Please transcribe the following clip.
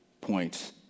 points